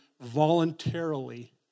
voluntarily